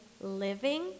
living